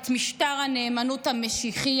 את משטר הנאמנות המשיחי,